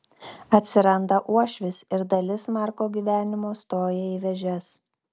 atsiranda uošvis ir dalis marko gyvenimo stoja į vėžes